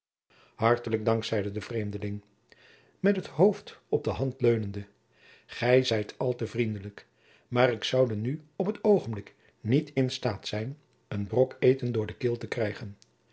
hartelijk dank zeide de vreemdeling met het hoofd op de hand leunende gij zijt al te vriendelijk maar ik zoude nu op t oogenblik niet in staat zijn een brok eten door de keel te krijgen